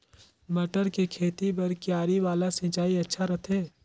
मटर के खेती बर क्यारी वाला सिंचाई अच्छा रथे?